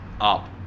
up